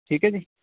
ਠੀਕ ਹੈ ਜੀ